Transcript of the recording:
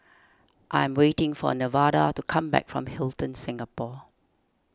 I am waiting for Nevada to come back from Hilton Singapore